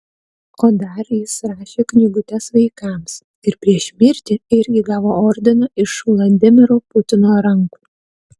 o dar jis rašė knygutes vaikams ir prieš mirtį irgi gavo ordiną iš vladimiro putino rankų